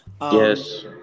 yes